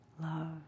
love